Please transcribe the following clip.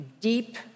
deep